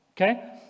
Okay